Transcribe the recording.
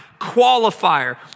qualifier